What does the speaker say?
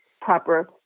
proper